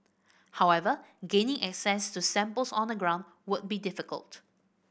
however gaining access to samples on the ground would be difficult